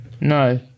no